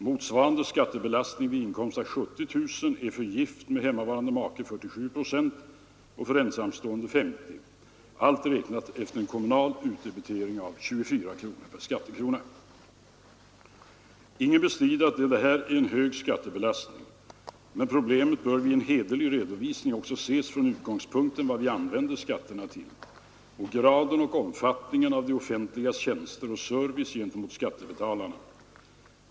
Motsvarande skattebelastning vid inkomst av 70 000 kronor är för gift med hemmavarande make ca 47 procent och för en ensamstående 50 procent, allt räknat efter en kommunal Ingen bestrider att detta är en hög skattebelastning, men problemet bör vid en hederlig redovisning också ses från utgångspunkten vad vi använder skatterna till och graden och omfattningen av det offentligas tjänster och service gentemot skattebetalarna.